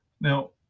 Now